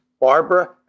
Barbara